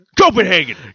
Copenhagen